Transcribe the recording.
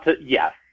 Yes